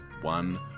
one